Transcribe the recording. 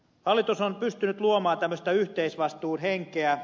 hallitus on pystynyt luomaan tämmöistä yhteisvastuun henkeä